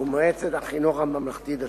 ומועצת החינוך הממלכתי-דתי.